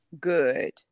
good